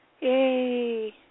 Yay